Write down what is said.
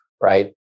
right